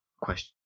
Question